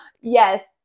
Yes